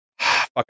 fuck